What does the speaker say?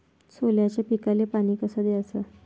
सोल्याच्या पिकाले पानी कस द्याचं?